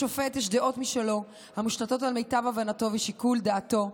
לשופט יש דעות משלו המושתתות על מיטב הבנתו ושיקול דעתו,